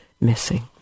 missing